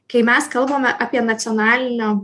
kai mes kalbame apie nacionalinio